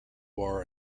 war